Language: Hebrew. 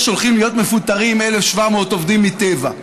שהולכים להיות מפוטרים 1,700 עובדים מטבע.